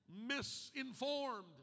misinformed